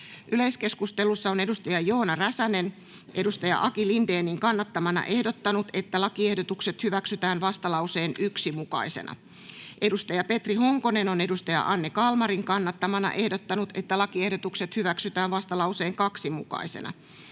Yleiskeskustelussa Joona Räsänen on Aki Lindénin kannattamana ehdottanut, että lakiehdotukset hyväksytään vastalauseen 1 mukaisena, Petri Honkonen on Anne Kalmarin kannattamana ehdottanut, että lakiehdotukset hyväksytään vastalauseen 2 mukaisena,